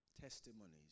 testimonies